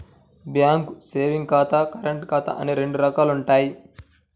bank savings ఖాతా, current ఖాతా అని రెండు రకాలుంటయ్యి